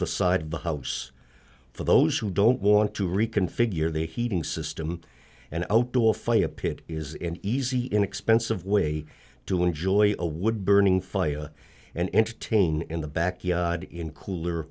the side of the house for those who don't want to reconfigure the heating system and outdoor fire pit is an easy inexpensive way to enjoy a wood burning fire and entertain in the backyard in cooler